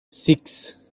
six